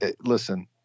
listen